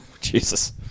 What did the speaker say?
Jesus